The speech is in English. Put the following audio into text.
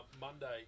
Monday